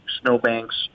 snowbanks